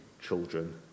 children